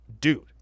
Dude